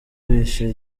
bihishe